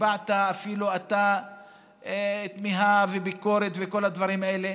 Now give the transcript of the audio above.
הבעת אפילו תמיהה וביקורת וכל הדברים האלה.